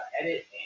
edit